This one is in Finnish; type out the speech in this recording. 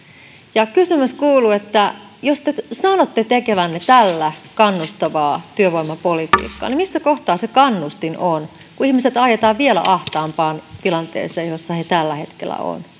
kysymys kuuluu jos te sanotte tekevänne tällä kannustavaa työvoimapolitiikkaa niin missä kohtaa se kannustin on kun ihmiset ajetaan vielä ahtaampaan tilanteeseen kuin missä he tällä hetkellä ovat